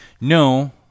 No